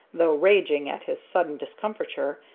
though raging at his sudden discomfiture,